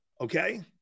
okay